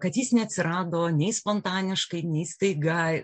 kad jis neatsirado nei spontaniškai nei staiga